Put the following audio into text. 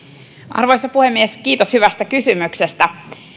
arvoisa puhemies kiitos hyvästä kysymyksestä